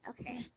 Okay